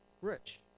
rich